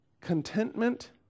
Contentment